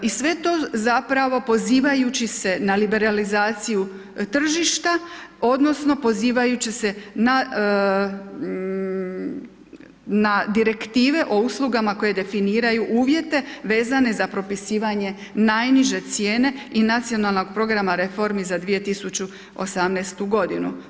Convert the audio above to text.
I sve to zapravo, pozivajući se na liberalizaciju tržišta, odnosno, pozivajući se na, na Direktive o uslugama koje definiraju uvjete vezane za propisivanje najniže cijene i Nacionalnog programa reformi za 2018. godinu.